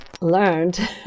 learned